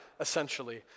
essentially